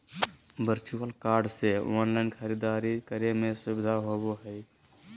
virtual card से online खरीदारी करे में सुबधा होबो हइ